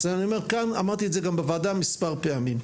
אני אומר את זה כאן ואמרתי גם בוועדה מספר פעמים.